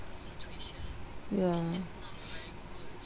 ya